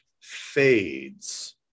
Fades